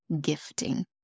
gifting